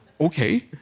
okay